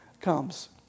comes